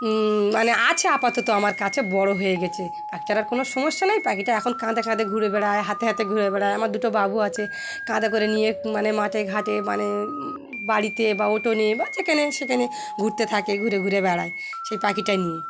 মানে আছে আপাতত আমার কাছে বড়ো হয়ে গেছে তাছাড়া আর কোনও সমস্যা নেই পাখিটা এখন কাঁধে কাঁধে ঘুরে বেড়ায় হাতে হাতে ঘুরে বেড়ায় আমার দুটো বাবু আছে কাঁধে করে নিয়ে মানে মাঠে ঘাটে মানে বাড়িতে বা ওটো নিয়ে বা যেখানে সেখানে ঘুরতে থাকে ঘুরে ঘুরে বেড়ায় সেই পাখিটা নিয়ে